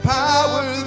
power